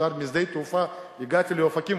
ישר משדה התעופה הגעתי לאופקים,